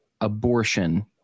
abortion